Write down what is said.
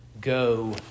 go